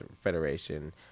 Federation